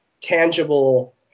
tangible